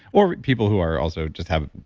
or people who are also just have